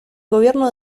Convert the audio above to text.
gobierno